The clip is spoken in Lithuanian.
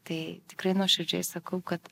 tai tikrai nuoširdžiai sakau kad